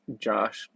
Josh